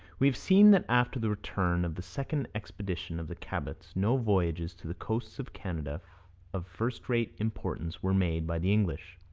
we have seen that after the return of the second expedition of the cabots no voyages to the coasts of canada of first-rate importance were made by the english.